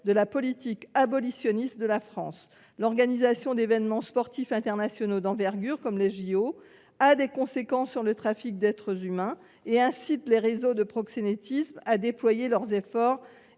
de la politique abolitionniste de la France. L’organisation d’événements sportifs internationaux d’envergure comme les jeux Olympiques a des conséquences sur le trafic des êtres humains, car elle incite les réseaux de proxénétisme à déployer leurs efforts